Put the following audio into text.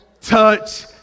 touch